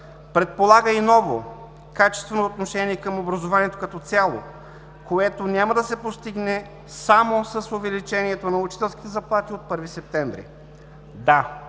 предполага и ново, качествено отношение към образованието като цяло, което няма да се постигне само с увеличението на учителските заплати от 1 септември.